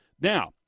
Now